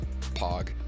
Pog